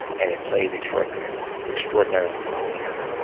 and it played extraordinarily extraordinarily well there.